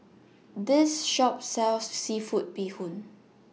This Shop sells Seafood Bee Hoon